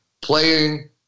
playing